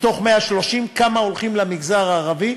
מתוך 130 כמה הולכים למגזר הערבי,